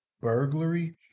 burglary